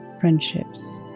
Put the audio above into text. friendships